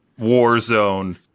Warzone